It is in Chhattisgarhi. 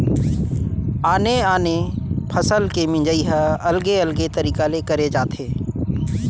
आने आने फसल के मिंजई ह अलगे अलगे तरिका ले करे जाथे